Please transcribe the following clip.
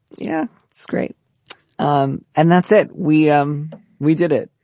yeah it's great. um and that's it. we. um we did it.